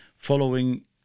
following